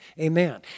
amen